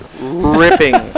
Ripping